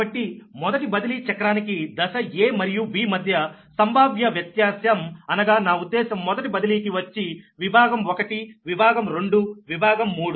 కాబట్టి మొదటి సైకిల్ దశ a మరియు b మధ్య సంభావ్య వ్యత్యాసం అనగా నా ఉద్దేశం మొదటి బదిలీ కి వచ్చి విభాగం 1 విభాగం 2 విభాగం 3